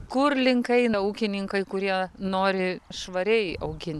kur link eina ūkininkai kurie nori švariai augint